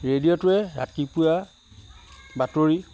ৰেডিঅ'টোৱে ৰাতিপুৱা বাতৰি